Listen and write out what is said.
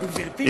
גברתי?